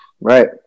Right